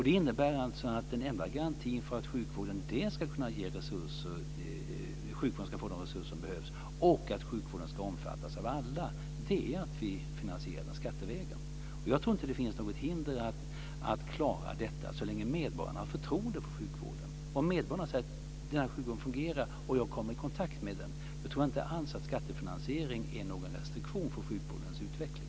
Det innebär att den enda garantin för att sjukvården dels ska kunna få de resurser som behövs, dels ska kunna omfatta alla är att den finansieras skattevägen. Jag tror inte att det finns något hinder för att klara detta så länge medborgarna har förtroende för sjukvården. Om medborgarna ser att sjukvården fungerar och om de kommer i kontakt med den, tror jag inte alls att skattefinansiering är någon restriktion på sjukvårdens utveckling.